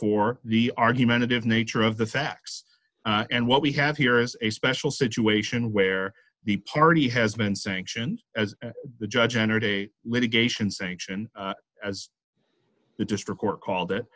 for the argumentative nature of the facts and what we have here is a special situation where the party has been sanctions as the judge entered a litigation sanction as the district court called it